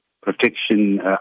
protection